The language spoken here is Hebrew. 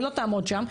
היא לא תעמוד שם.